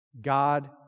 God